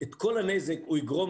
את כל הנזק הוא יגרום,